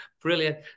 Brilliant